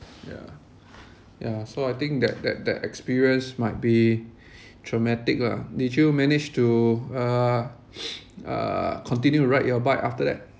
ya ya so I think that that that experience might be traumatic lah did you manage to uh uh continue to ride your bike after that